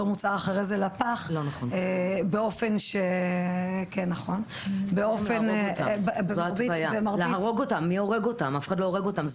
מוצר אחרי זה לפח באופן --- אף אחד לא הורג אותם.